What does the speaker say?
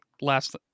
last